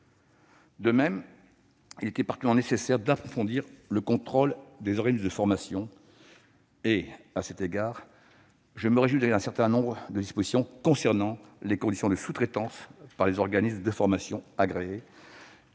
De même, il était particulièrement nécessaire d'approfondir le contrôle des organismes de formation. À cet égard, je me réjouis qu'un certain nombre de dispositions concernant les conditions de sous-traitance par les organismes de formation agréés